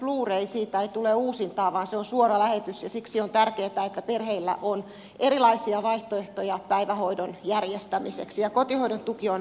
siitä ei tule uusintaa vaan se on suora lähetys ja siksi on tärkeätä että perheillä on erilaisia vaihtoehtoja päivähoidon järjestämiseksi ja kotihoidon tuki on osa sitä